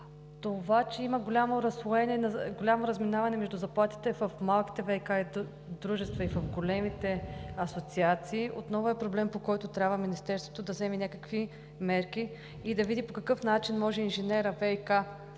Това, че има голямо разминаване между заплатите в малките ВиК дружества и в големите асоциации отново е проблем, по който трябва Министерството да вземе някакви мерки и да види по какъв начин може ВиК инженерът